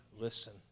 listen